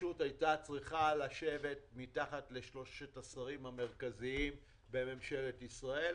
הרשות הייתה צריכה לשבת מתחת לשלושת השרים המרכזיים בממשלת ישראל.